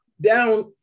down